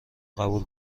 قبول